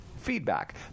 feedback